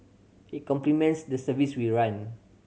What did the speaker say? it complements the service we run